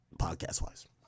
podcast-wise